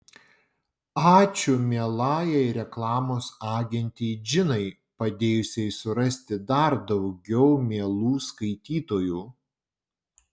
ačiū mielajai reklamos agentei džinai padėjusiai surasti dar daugiau mielų skaitytojų